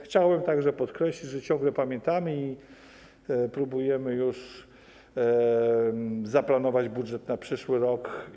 Chciałem także podkreślić, że ciągle pamiętamy, próbujemy zaplanować budżet na przyszły rok.